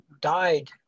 died